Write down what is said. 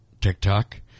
TikTok